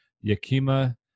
Yakima